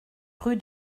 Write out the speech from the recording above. rue